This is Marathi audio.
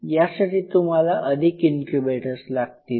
यासाठी तुम्हाला अधिक इन्क्युबेटर्स लागतील